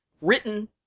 written